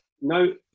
No